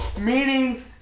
Meaning